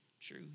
true